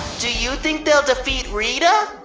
do you think they'll defeat rita?